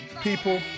people